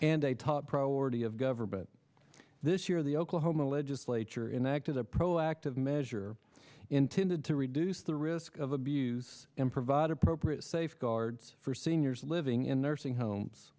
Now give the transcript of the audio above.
a top priority of government this year the oklahoma legislature enact as a proactive measure intended to reduce the risk of abuse and provide appropriate safeguards for seniors living in their sing homes